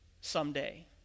someday